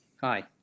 hi